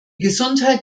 gesundheit